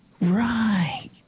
Right